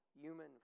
human